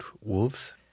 wolves